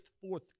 fourth